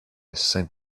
sainte